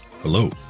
Hello